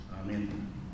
Amen